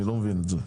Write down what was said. אני לא מבין את זה.